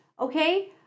Okay